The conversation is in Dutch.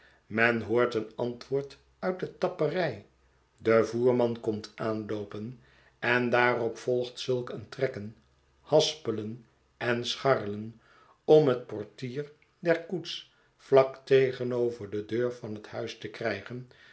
men hoort een antwoord uit de tapperij de voerman komt aanloopen en daarop volgt zulk een trekken haspelen en scharrelen om het portier der koets vlak tegenover de deur van het huis te krijgen